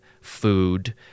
food